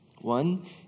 One